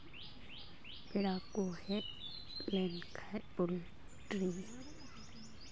ᱯᱮᱲᱟ ᱠᱚ ᱦᱮᱡ ᱞᱮᱱᱠᱷᱟᱡ ᱯᱳᱞᱴᱨᱤ